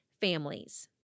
families